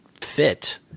fit